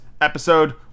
episode